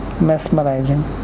mesmerizing